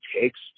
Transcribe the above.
takes